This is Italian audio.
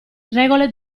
regole